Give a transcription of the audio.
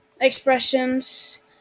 expressions